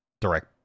Direct